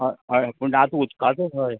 हय हय पूण आतां उदकाचो हय